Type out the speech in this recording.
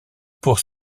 pour